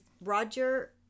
Roger